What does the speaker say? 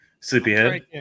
Sleepyhead